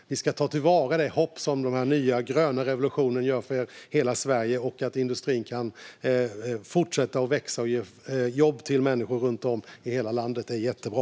Vi ska ta till vara det hopp som den här gröna revolutionen ger för hela Sverige så att industrin kan fortsätta växa och ge jobb till människor runt om i hela landet. Det är jättebra.